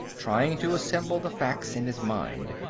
trying to assemble the facts in his mind.